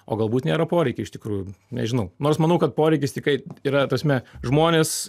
o galbūt nėra poreikio iš tikrųjų nežinau nors manau kad poreikis tikrai yra ta prasme žmonės